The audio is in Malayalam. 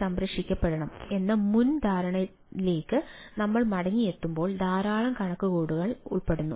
സംരക്ഷിക്കപ്പെടണം എന്ന മുൻ ധാരണയിലേക്ക് നമ്മൾ മടങ്ങിയെത്തുമ്പോൾ ധാരാളം കണക്കുകൂട്ടലുകൾ ഉൾപ്പെടുന്നു